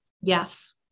Yes